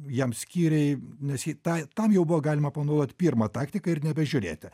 jam skyrei nes ji tą tam jau buvo galima panaudot pirmą taktiką ir nebežiūrėti